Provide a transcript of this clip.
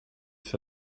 for